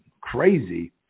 crazy